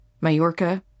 Majorca